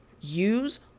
Use